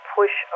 push